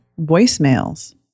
voicemails